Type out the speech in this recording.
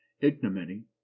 ignominy